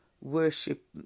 worship